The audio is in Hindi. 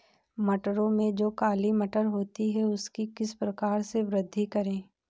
मटरों में जो काली मटर होती है उसकी किस प्रकार से वृद्धि करें?